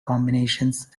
combinations